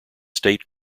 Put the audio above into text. state